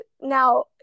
Now